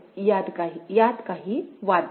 यात काही वाद नाही